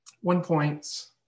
one-point